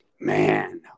man